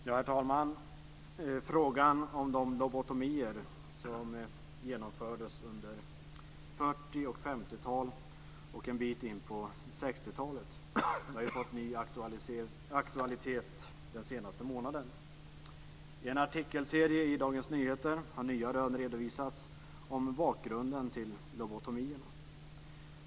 Herr talman! Frågan om de lobotomier som genomfördes under 40 och 50-talen och en bit in på 60 talet har fått ny aktualitet den senaste månaden. I en artikelserie i Dagens Nyheter har nya rön redovisats om bakgrunden till lobotomierna.